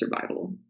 survival